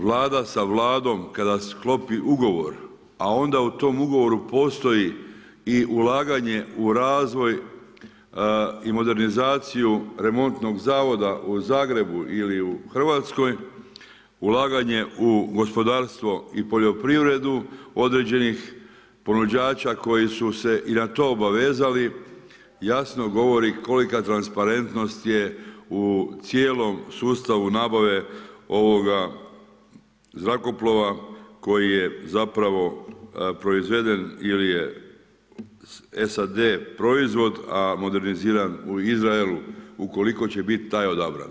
Vlada sa vladom kada sklopi ugovor, a onda u tom ugovoru postoji i ulaganje u razvoj i modernizaciju remontnog zavoda u Zagrebu ili u Hrvatskoj, ulaganje u gospodarstvo i poljoprivredu određenih ponuđača koji su se i na to obavezali, jasno govori kolika transparentnost je u cijelom sustavu nabave ovoga zrakoplova, koji je zapravo proizveden ili je SAD proizvod a moderniziran u Izrael, ukoliko će biti taj odabran.